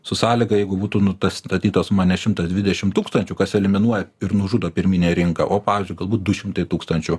su sąlyga jeigu būtų nuta statytos mane šimtas dvidešim tūkstančių kas eliminuoja ir nužudo pirminę rinką o pavyzdžiui galbūt du šimtai tūkstančių